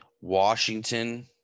Washington